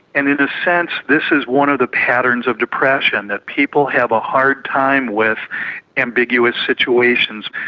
and in a sense this is one of the patterns of depression, that people have a hard time with ambiguous situations,